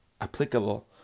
Applicable